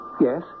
Yes